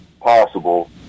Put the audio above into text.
possible